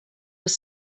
will